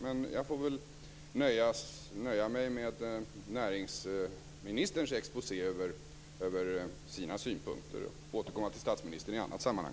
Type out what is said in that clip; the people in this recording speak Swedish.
Men jag får väl nöja mig med näringsministerns exposé över sina synpunkter och återkomma till statsministern i ett annat sammanhang.